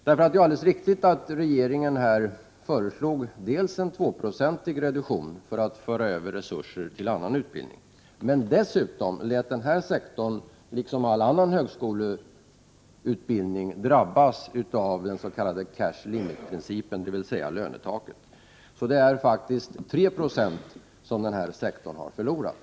Det är alldeles riktigt att regeringen dels föreslog en 2-procentig reduktion för att föra över resurser till annan utbildning, dels lät denna sektor liksom all annan högskoleutbildning drabbas av den s.k. cash limit-principen, dvs. lönetaket. Det är alltså 3 26 som denna sektor har förlorat.